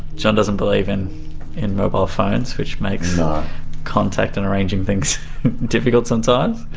john doesn't believe in in mobile phones, which makes contact and arranging things difficult sometimes.